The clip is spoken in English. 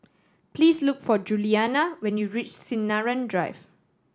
please look for Julianna when you reach Sinaran Drive